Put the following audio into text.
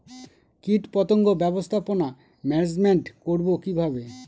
কীটপতঙ্গ ব্যবস্থাপনা ম্যানেজমেন্ট করব কিভাবে?